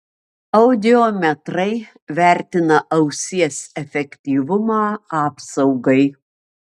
audiometrai vertina ausies efektyvumą apsaugai